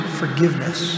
forgiveness